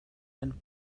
wenn